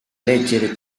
leggere